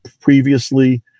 previously